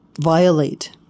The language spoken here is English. violate